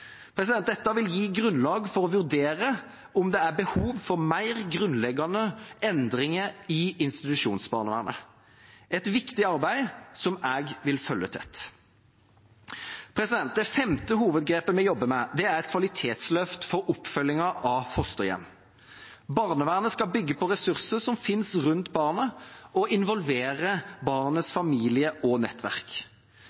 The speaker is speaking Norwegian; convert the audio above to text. Dette vil gi grunnlag for å vurdere om det er behov for mer grunnleggende endringer i institusjonsbarnevernet. Det er et viktig arbeid som jeg vil følge tett. Det femte hovedgrepet vi jobber med, er et kvalitetsløft for oppfølgingen av fosterhjem. Barnevernet skal bygge på ressurser som fins rundt barnet, og involvere barnets